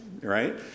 right